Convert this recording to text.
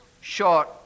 short